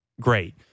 great